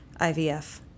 IVF